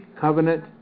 covenant